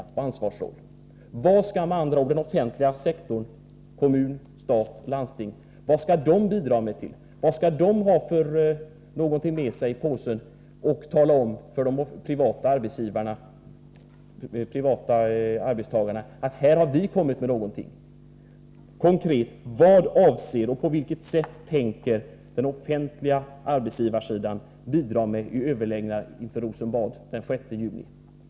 Vad skall med andra ord den offentliga sektorn — kommuner, stat och landsting — bidra med? Vad skall de företrädarna ha för någonting med sig i påsen att redovisa för de privata arbetstagarna? Vad har man att komma med? Min konkreta fråga lyder: Vad tänker den offentliga arbetsgivarsidan bidra med vid överläggningarna på Rosenbad den 6 juni?